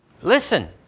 Listen